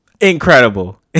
Incredible